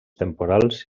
temporals